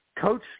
Coach